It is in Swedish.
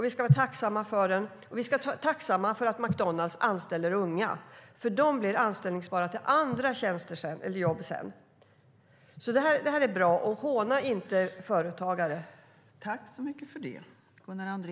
Vi ska vara tacksamma för den, och vi ska vara tacksamma för att McDonalds anställer unga. De blir nämligen anställbara för andra tjänster eller jobb sedan. Det här är alltså bra. Håna inte företagare!